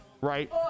right